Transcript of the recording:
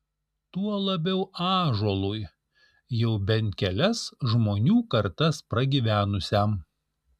tuo labiau ąžuolui jau bent kelias žmonių kartas pragyvenusiam